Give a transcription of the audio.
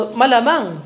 malamang